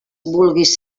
vulguis